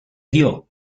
dió